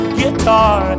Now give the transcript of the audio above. guitar